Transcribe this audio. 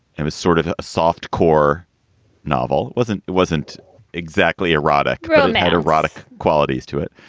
it was sort of a soft core novel, wasn't wasn't exactly erotic at erotic qualities to it.